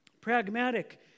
Pragmatic